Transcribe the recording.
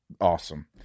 awesome